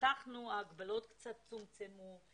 פתחנו את ההגבלות, הן קצת צומצמו.